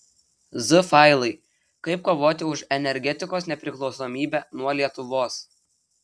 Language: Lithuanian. z failai kaip kovoti už energetikos nepriklausomybę nuo lietuvos